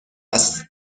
است